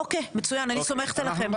אוקי, מצוין, אני סומכת עליכם.